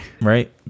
Right